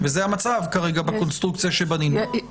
זה המצב כרגע, בקונסטרוקציה שבנינו.